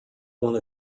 one